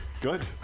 Good